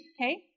okay